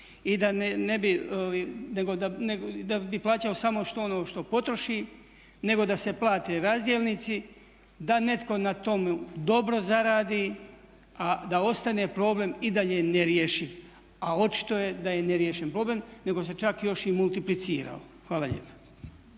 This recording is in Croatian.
i da bi plaćao samo ono što potroši nego da se plate razdjelnici, da netko na tome dobro zaradi a da ostane problem i dalje nerješiv. A očito je da je nerješiv problem nego se čak još i multiplicirao. Hvala lijepa.